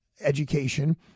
education